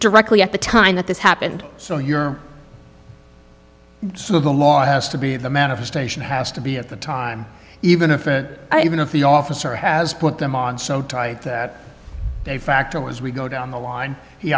directly at the time that this happened so you're sort of the law has to be the manifestation has to be at the time even if it even if the officer has put them on so tight that they factor as we go down the line he